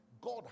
God